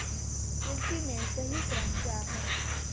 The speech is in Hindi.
कृषि में सही क्रम क्या है?